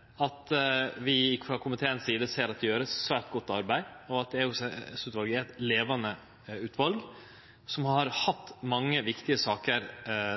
– at vi frå komiteen si side ser at det vert gjort eit svært godt arbeid, og at EOS-utvalet er eit levande utval som har hatt mange viktige saker